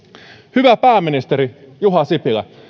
hyvä pääministeri juha sipilä